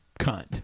cunt